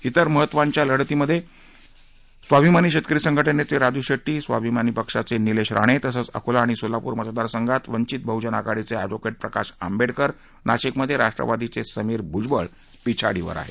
इतर महत्त्वाच्या लढतींमधे स्वाभिमानी शेतकरी संघटनेचे राजू शेट्टी स्वाभिमान पक्षाचे निलेश राणे तसंच अकोला आणि सोलापूर मतदारसंघात वंचित बहुजन आघाडीचे एडव्होकेट प्रकाश आंबेडकर नाशिक मधे राष्ट्रवादीचे समीर भुजबळ पिछाडीवर आहेत